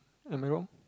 am I wrong